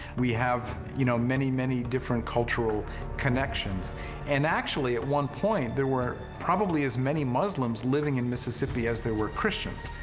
we have you know many, many different cultural connections and actually at one point, there were probably as many muslims living in mississippi as there were christians,